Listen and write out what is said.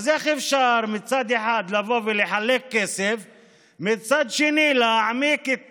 איך אפשר מצד אחד לבוא ולחלק כסף ומצד שני להעמיק את